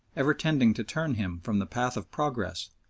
ever tending to turn him from the path of progress,